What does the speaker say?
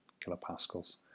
kilopascals